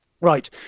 right